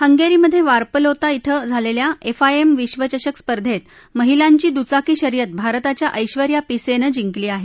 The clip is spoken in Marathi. हंगेरीमध्ये वार्पलोता इथं झालेल्या एफआयएम विश्वचषक स्पर्धेत महिलांची दुचाकी शर्यत भारताच्या ऐश्वर्या पिसेनं जिंकली आहे